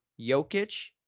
Jokic